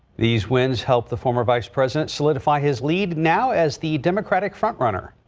these winds helped the former vice president solidify his lead now as the democratic front runner.